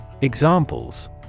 Examples